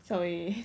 sorry